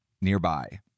nearby